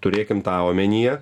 turėkim tą omenyje